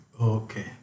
Okay